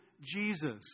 Jesus